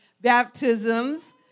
baptisms